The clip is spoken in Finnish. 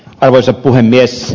arvoisa puhemies